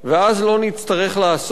ואז לא נצטרף לעסוק,